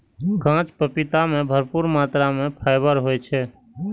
कांच पपीता मे भरपूर मात्रा मे फाइबर होइ छै